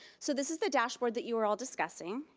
so this is the dashboard that you were all discussing,